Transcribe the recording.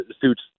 suits